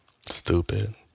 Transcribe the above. stupid